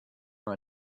from